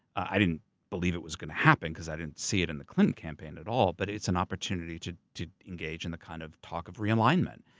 i didn't believe it was gonna happen cause i didn't see it in the clinton campaign at all, but it's an opportunity to to engage in the kind of talk of realignment.